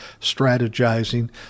strategizing